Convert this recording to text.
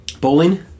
Bowling